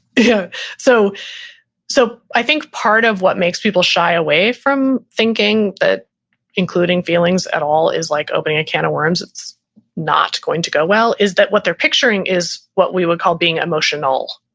yeah so so i think part of what makes people shy away from thinking that including feelings at all is like opening a can of worms it's not going to go well, is that what they're picturing is what we would call being emotional.